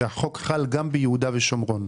שהחוק חל גם ביהודה ושומרון,